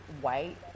white